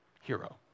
Hero